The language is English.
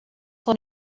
what